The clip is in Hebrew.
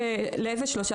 לאו דווקא צמוד,